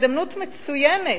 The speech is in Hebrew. הזדמנות מצוינת,